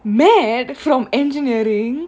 med from engineering